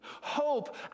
hope